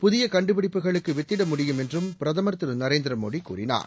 புதிய கண்டுபிடிப்புகளுக்கு வித்திட முடியும் என்று பிரதமர் திரு நரேந்திர மோடி கூறினார்